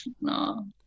no